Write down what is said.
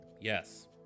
Yes